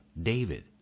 David